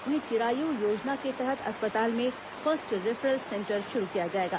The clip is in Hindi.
वहीं चिरायू योजना के तहत अस्पताल में फर्स्ट रेफरल सेंटर शुरू किया जाएगा